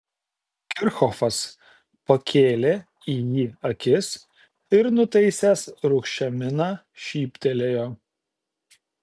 kirchhofas pakėlė į jį akis ir nutaisęs rūgščią miną šyptelėjo